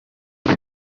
sure